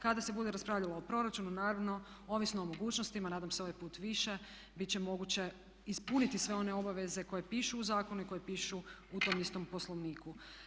Kada se bude raspravljalo o proračunu, naravno ovisno o mogućnostima, nadam se ovaj put više, biti će moguće ispuniti sve one obaveze koje pišu u zakonu i koje pišu u tom istom poslovniku.